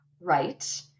right